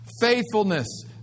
faithfulness